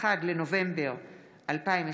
התשפ"ב 2021,